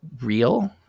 real